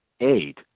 eight